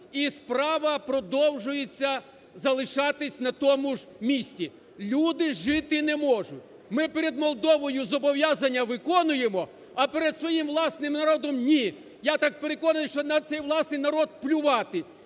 і справа продовжується залишатись на тому ж місці, люди жити не можуть. Ми перед Молдовою зобов'язання виконуємо, а перед своїм власним народом ні! Я так переконаний, що на цей власний народ плювати.